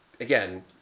again